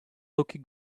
hockey